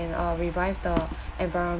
and uh revive the environment